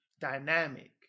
dynamic